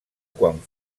quan